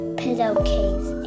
pillowcase